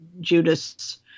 Judas